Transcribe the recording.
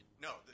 No